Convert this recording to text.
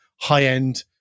high-end